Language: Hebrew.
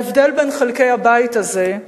ההבדל בין חלקי הבית הזה,